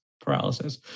paralysis